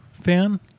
fan